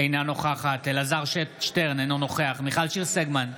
אינה נוכחת אלעזר שטרן, אינו נוכח מיכל שיר סגמן,